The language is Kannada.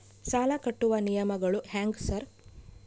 ಸಾಲ ಕಟ್ಟುವ ನಿಯಮಗಳು ಹ್ಯಾಂಗ್ ಸಾರ್?